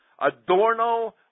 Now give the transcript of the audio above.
Adorno